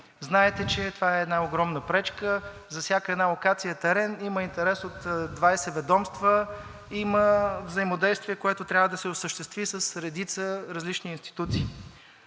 Знаете, че това е една огромна пречка – за всяка една локация и терен има интерес от 20 ведомства, има взаимодействие, което трябва да се осъществи с редица различни институции.